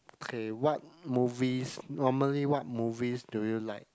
okay what movies normally what movies do you like